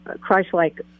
christ-like